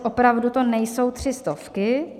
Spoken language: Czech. Opravdu to nejsou tři stovky.